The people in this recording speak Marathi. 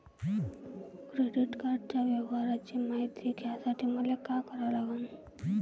क्रेडिट कार्डाच्या व्यवहाराची मायती घ्यासाठी मले का करा लागन?